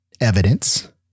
evidence